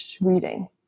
reading